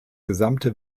gesamte